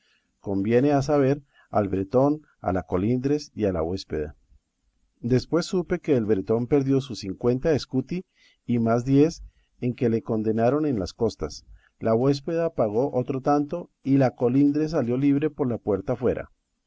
conviene a saber al bretón a la colindres y a la huéspeda después supe que el bretón perdió sus cincuenta escuti y más diez en que le condenaron en las costas la huéspeda pagó otro tanto y la colindres salió libre por la puerta afuera